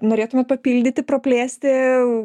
norėtumėt papildyti praplėsti